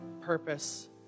purpose